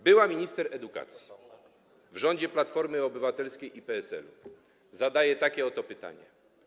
Była minister edukacji... [[O!]] ...w rządzie Platformy Obywatelskiej i PSL-u zadaje takie oto pytanie: